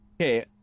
okay